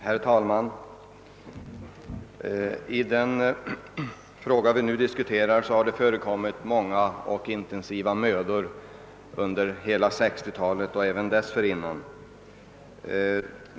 Herr talman! På den fråga vi nu diskuterar har det lagts ned mycken inten siv möda under hela 1960-talet och även dessförinnan.